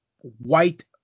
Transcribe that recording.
white